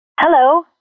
Hello